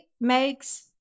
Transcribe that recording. makes